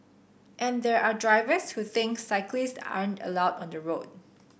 and there are drivers who think cyclists aren't allowed on the road